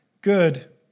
good